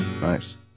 Nice